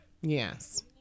Yes